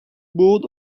board